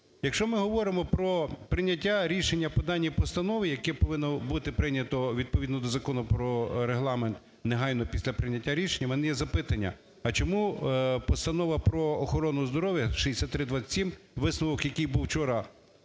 якщо ми говоримо про прийняття рішення по даній постанові, яке повинно бути прийнято, відповідно до Закону про Регламент, негайно після прийняття рішення, в мене є запитання: а чому Постанова про охорону здоров'я (6327), висновок який був вчора